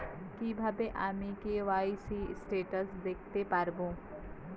কিভাবে আমি KYC status দেখতে পারবো?